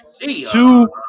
two